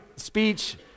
speech